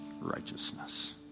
righteousness